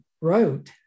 wrote